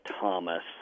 Thomas